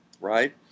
right